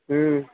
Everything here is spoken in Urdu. ہوں